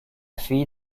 fille